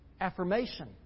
affirmation